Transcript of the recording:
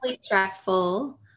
stressful